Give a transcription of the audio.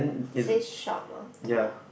it says shop on top